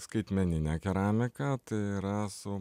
skaitmenine keramika tai yra su